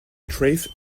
trace